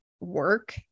work